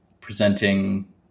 presenting